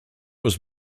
was